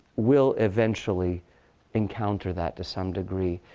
will eventually encounter that to some degree.